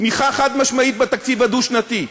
תמיכה חד משמעית בתקציב הדו-שנתי,